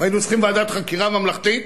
והיינו צריכים ועדת חקירה ממלכתית,